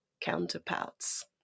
counterparts